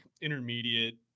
intermediate